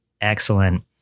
Excellent